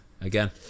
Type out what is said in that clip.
Again